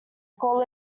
call